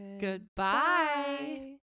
goodbye